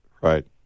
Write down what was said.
Right